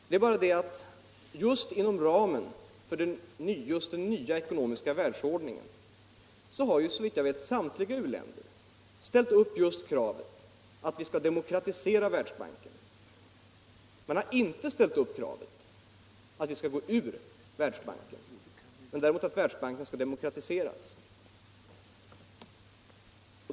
Det är bara det att just inom ramen för den nya ekonomiska världsordningen har, såvitt jag vet, samtliga u-länder ställt kravet att vi skall demokratisera Världsbanken. Man har inte ställt kravet att vi skall gå ur Världsbanken utan att Världsbanken skall demokratiseras.